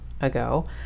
ago